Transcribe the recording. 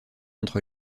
entre